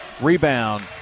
Rebound